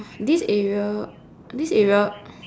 this area this area